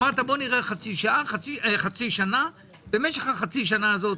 אמרת שנראה חצי שנה ובמשך חצי השנה הזאת,